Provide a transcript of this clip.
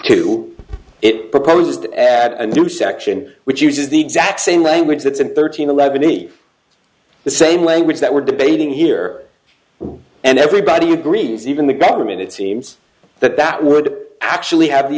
do it proposed add a new section which uses the exact same language that's in thirteen eleven e the same language that we're debating here and everybody agrees even the government it seems that that would actually have the